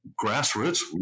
grassroots